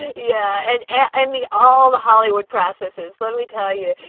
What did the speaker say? yeah. and and the all the hollywood processes, let me tell you,